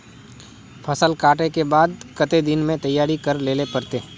फसल कांटे के बाद कते दिन में तैयारी कर लेले पड़ते?